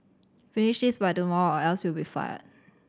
finish this by tomorrow or else you'll be fired